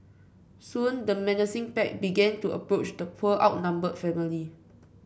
soon the menacing pack began to approach the poor outnumbered family